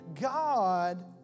God